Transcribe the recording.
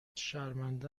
شرمنده